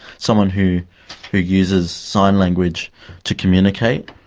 someone who who uses sign language to communicate,